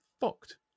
fucked